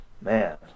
Man